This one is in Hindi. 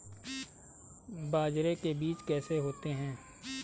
बाजरे के बीज कैसे होते हैं?